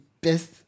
best